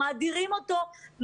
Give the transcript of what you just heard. מאדירים אותו,